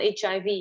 HIV